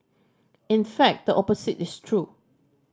in fact the opposite is true